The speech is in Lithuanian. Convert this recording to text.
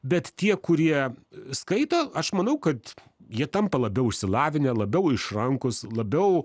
bet tie kurie skaito aš manau kad jie tampa labiau išsilavinę labiau išrankūs labiau